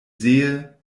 sehe